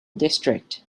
district